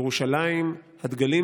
ירושלים, הדגלים